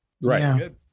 Right